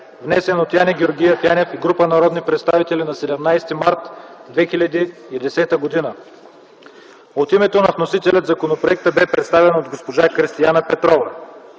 внесен от Яне Георгиев Янев и група народни представители на 17 март 2010 г. От името на вносителя законопроектът бе представен от госпожа Кристияна Петрова.